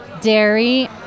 dairy